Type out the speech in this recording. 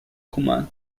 command